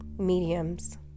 Mediums